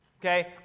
Okay